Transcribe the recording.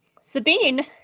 Sabine